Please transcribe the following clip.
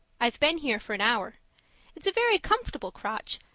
i've been here for an hour it's a very comfortable crotch,